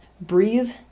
Breathe